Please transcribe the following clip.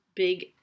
big